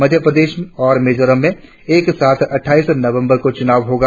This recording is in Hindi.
मध्य प्रदेश और मिजोरम में एक साथ अटठाइस नवम्बर को चुनाव होगा